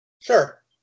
Sure